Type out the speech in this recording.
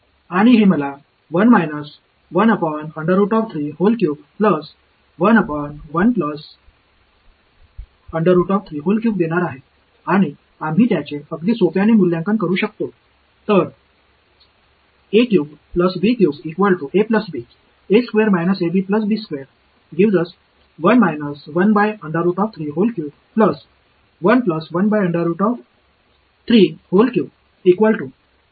आणि हे मला देणार आहे आणि आम्ही त्याचे अगदी सोप्याने मूल्यांकन करू शकतो